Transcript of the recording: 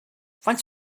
faint